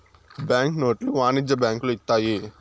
bank నోట్లు వాణిజ్య బ్యాంకులు ఇత్తాయి